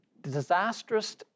disastrous